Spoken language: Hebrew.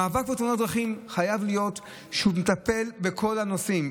המאבק בתאונות הדרכים חייב להיות מטופל בכל הנושאים.